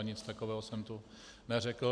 Nic takového jsem tu neřekl.